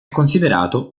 considerato